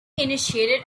initiated